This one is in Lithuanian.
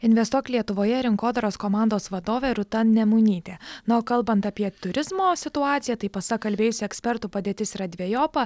investuok lietuvoje rinkodaros komandos vadovė rūta nemunytė na o kalbant apie turizmo situaciją tai pasak kalbėjusių ekspertų padėtis yra dvejopa